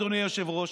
אדוני היושב-ראש,